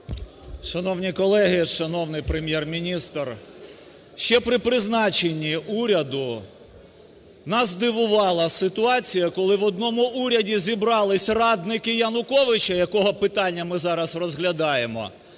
Шановні колеги! Шановний Прем'єр-міністр! Ще при призначенні уряду нас здивувала ситуація, коли в одному уряді зібралися радники Януковича, якого питання ми зараз розглядаємо,